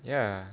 ya